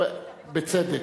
בצדק.